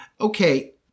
Okay